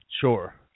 Sure